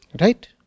Right